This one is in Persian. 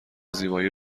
زیبایی